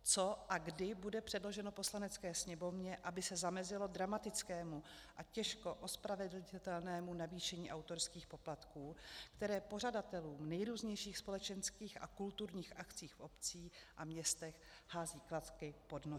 Co a kdy bude předloženo Poslanecké sněmovně, aby se zamezilo dramatickému a těžko ospravedlnitelnému navýšení autorských poplatků, které pořadatelům nejrůznějších společenských a kulturních akcí v obcích a městech hází klacky pod nohy?